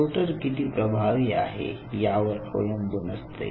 sorter किती प्रभावी आहे यावर अवलंबून असते